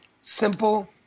simple